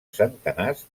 centenars